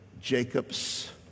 Jacob's